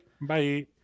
Bye